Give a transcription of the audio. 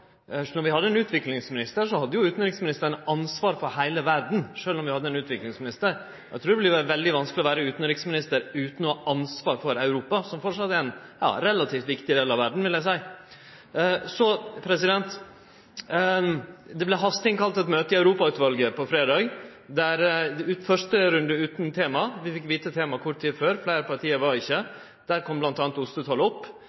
vi hadde ein utviklingsminister, hadde jo utanriksministeren ansvar for heile verda, sjølv om vi hadde ein utviklingsminister. Eg trur det vert veldig vanskeleg å vere utanriksminister utan å ha ansvar for Europa, som framleis er ein relativt viktig del av verda, vil eg seie. Det vart hasteinnkalla til eit møte i Europautvalet på fredag, der første runde var utan tema. Vi fekk vite tema kort tid før. Fleire parti var der ikkje. Der kom m.a. ostetoll opp.